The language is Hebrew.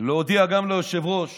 להודיע גם ליושב-ראש